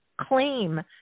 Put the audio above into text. claim